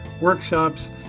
workshops